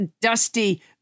dusty